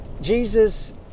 Jesus